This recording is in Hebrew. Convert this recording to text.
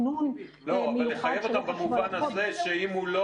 אבל לחייב אותם במובן הזה שאם הוא לא